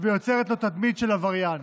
ויוצרת לו תדמית של עבריין.